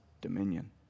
dominion